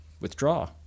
Withdraw